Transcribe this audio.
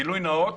גילוי נאות,